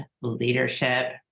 leadership